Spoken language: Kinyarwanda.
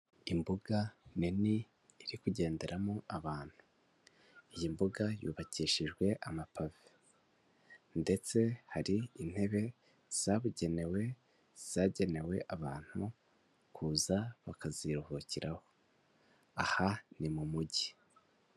Imbuga nini iri kugenderamo abantu, iyi mbuga yubakishijwe amapave ndetse hari intebe zabugenewe, zagenewe abantu kuza bakaziruhukiraho, aha ni mu mujyi.